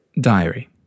diary